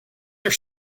are